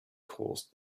caused